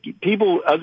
People